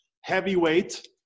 heavyweight